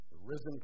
Risen